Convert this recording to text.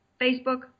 Facebook